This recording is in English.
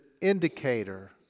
indicator